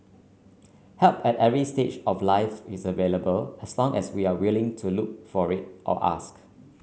help at every stage of life's is available as long as we are willing to look for it or ask